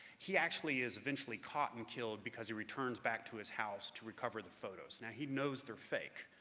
he actually is eventually caught and killed because he returns back to his house to recover the photos. now he knows they're fake,